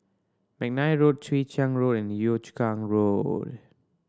McNair Road Chwee Chian Road and Yio Chu Kang Road